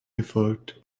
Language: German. gefolgt